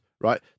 right